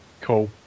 Cool